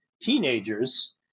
teenagers